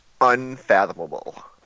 Unfathomable